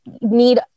need